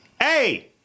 Hey